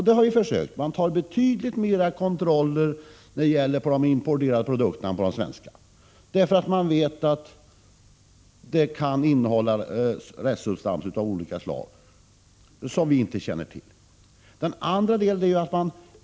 Det görs därför betydligt fler kontroller av importerade produkter, eftersom de kan innehålla restsubstanser av olika slag som är okända i Sverige.